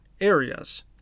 areas